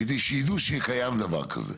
כדי שידעו שקיים דבר כזה.